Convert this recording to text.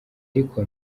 ariko